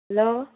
hello